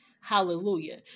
Hallelujah